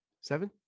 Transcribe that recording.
Seven